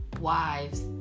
Wives